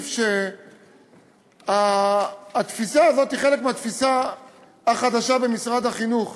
להוסיף שהתפיסה הזאת היא חלק מהתפיסה החדשה במשרד החינוך